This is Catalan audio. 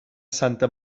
santa